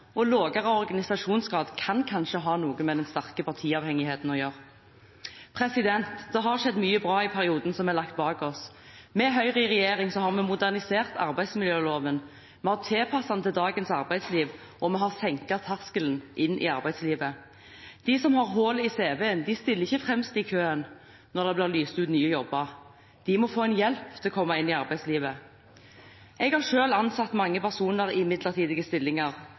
og lavere organisasjonsgrad kan kanskje ha noe med den sterke partiavhengigheten å gjøre. Det har skjedd mye bra i perioden som vi har lagt bak oss. Med Høyre i regjering har vi modernisert arbeidsmiljøloven. Vi har tilpasset den dagens arbeidsliv, og vi har senket terskelen inn i arbeidslivet. De som har hull i CV-en, stiller ikke fremst i køen når det blir lyst ut nye jobber. De må få hjelp til å komme inn i arbeidslivet. Jeg har selv ansatt mange personer i midlertidige stillinger,